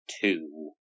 two